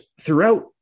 throughout